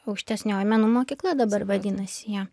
aukštesnioji menų mokykla dabar vadinasi jo